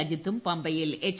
അജിത്തും പമ്പയിൽ എച്ച്